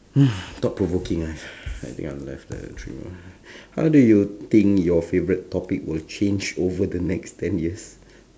thought provoking ah I think I'm left like uh three more how do you think your favourite topic will change over the next ten years